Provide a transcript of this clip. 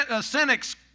cynics